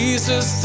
Jesus